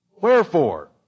Wherefore